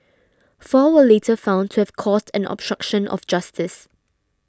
four were later found to have caused an obstruction of justice